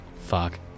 Fuck